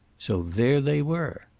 so there they were.